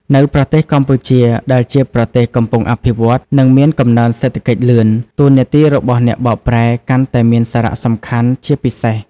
នៅប្រទេសកម្ពុជា ដែលជាប្រទេសកំពុងអភិវឌ្ឍន៍ និងមានកំណើនសេដ្ឋកិច្ចលឿន តួនាទីរបស់អ្នកបកប្រែកាន់តែមានសារៈសំខាន់ជាពិសេស។